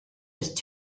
just